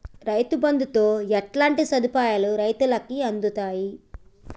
రైతు బంధుతో ఎట్లాంటి సదుపాయాలు రైతులకి అందుతయి?